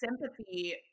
sympathy